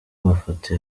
mafoto